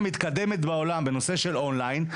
אני הסברתי לך את האינטרפרטציה של השיהוי.